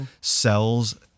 cells